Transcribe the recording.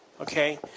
Okay